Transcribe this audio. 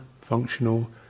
functional